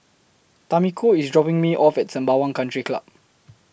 Tamiko IS dropping Me off At Sembawang Country Club